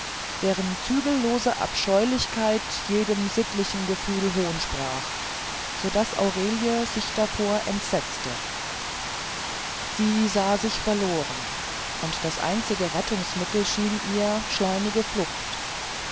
deren zügellose abscheulichkeit jedem sittlichen gefühl hohn sprach so daß aurelie sich davor entsetzte sie sah sich verloren und das einzige rettungsmittel schien ihr schleunige flucht